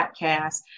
podcast